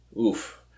Oof